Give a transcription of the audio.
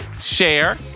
Share